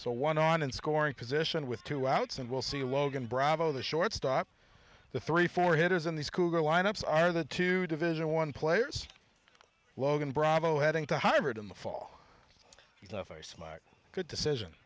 so one on in scoring position with two outs and we'll see wogan bravo the shortstop the three four hitters in these cougar lineups are the two division one players logan bravo heading to harvard in the fall off a smart good decision